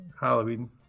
Halloween